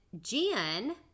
Jen